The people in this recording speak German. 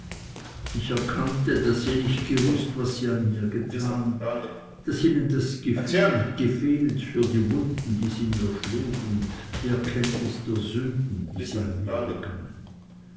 ich begriff daß sie nicht gewußt was sie an mir getan daß ihnen das gefühl gefehlt für die wunden die sie mir schlugen die erkenntnis der sünden die sie an mir begangen